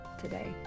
today